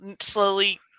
Slowly